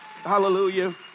Hallelujah